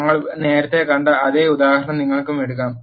ഞങ്ങൾ നേരത്തെ കണ്ട അതേ ഉദാഹരണം നിങ്ങൾക്ക് എടുക്കാം